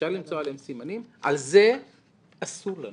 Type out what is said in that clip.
על זה אסור לנו